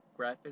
graphics